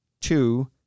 two